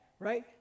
right